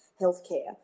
healthcare